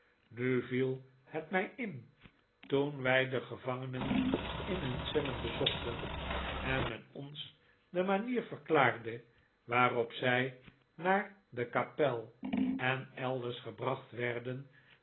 nu viel het mij in toen wij de gevangenen in hun cellen bezochten en men ons de manier verklaarde waarop zij naar de kapel en elders gebracht werden